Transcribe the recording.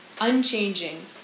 unchanging